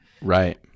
Right